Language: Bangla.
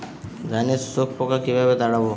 ধানে শোষক পোকা কিভাবে তাড়াব?